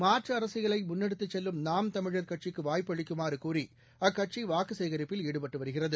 மாற்றுஅரசியலைமுன்னெடுத்துச் செல்லும் தமிழர் நாம் கட்சிக்குவாய்ப்பு அளிக்குமாறுகூறிஅக்கட்சிவாக்குச்சேகரிப்பில் ஈடுபட்டுவருகிறது